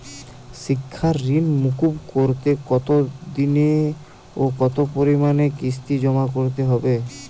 শিক্ষার ঋণ মুকুব করতে কতোদিনে ও কতো পরিমাণে কিস্তি জমা করতে হবে?